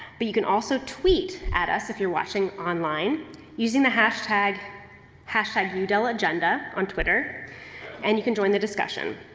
but you can also tweet at us if you're watching online using the hashtag hashtag udelagenda on twitter and you can join the discussion.